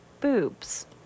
boobs